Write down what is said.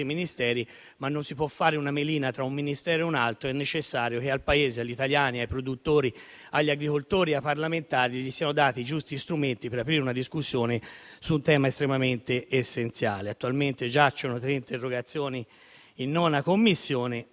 Ministeri, ma non si può fare una melina tra un Ministero e un altro. È necessario che al Paese, agli italiani, ai produttori, agli agricoltori e ai parlamentari siano dati i giusti strumenti per aprire una discussione su un tema estremamente essenziale. Attualmente giacciono tre interrogazioni in 9a Commissione